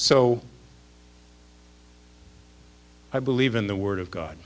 so i believe in the word of god